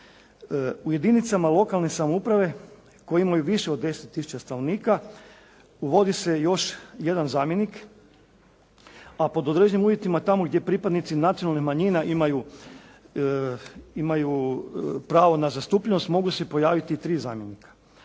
U jedinicama lokalne samouprave koje imaju više od 10 tisuća stanovnika uvodi se još jedan zamjenik, a pod određenim uvjetima tamo gdje pripadnici nacionalnih manjina imaju pravo na zastupljenost mogu se pojaviti tri zamjenika.